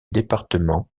département